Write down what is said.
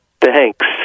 Thanks